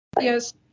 Yes